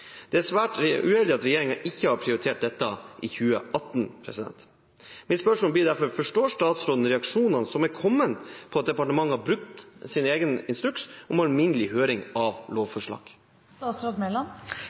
Det er svært uheldig at regjeringen ikke har prioritert dette i 2018. Mitt spørsmål blir derfor: Forstår statsråden reaksjonene som har kommet på at departementet har brutt sin egen instruks om alminnelig høring av